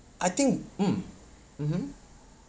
I think mm mmhmm